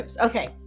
Okay